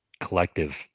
collective